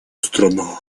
страна